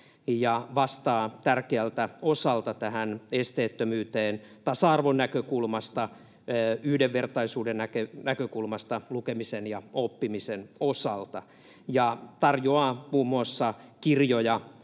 ja vastaa tärkeältä osalta tähän esteettömyyteen tasa-arvon näkökulmasta, yhdenvertaisuuden näkökulmasta lukemisen ja oppimisen osalta ja tarjoaa muun muassa kirjoja